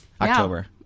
October